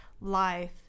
life